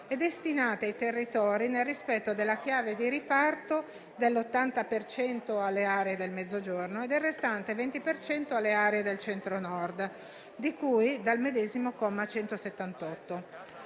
e destinate ai territori nel rispetto della chiave di riparto dell'80 per cento alle aree del Mezzogiorno e del restante 20 per cento alle aree del Centro-Nord, di cui al medesimo comma 178.